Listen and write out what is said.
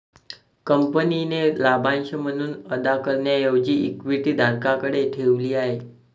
कंपनीने लाभांश म्हणून अदा करण्याऐवजी इक्विटी धारकांकडे ठेवली आहे